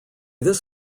this